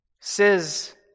says